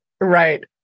right